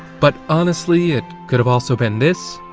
but, honestly, it could have also been this?